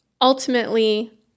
ultimately